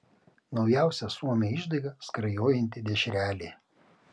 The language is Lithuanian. naujausia suomio išdaiga skrajojanti dešrelė